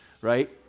right